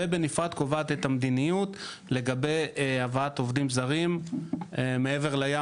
ובנפרד קובעת את המדיניות לגבי הבאת עובדים זרים מעבר לים,